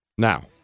Now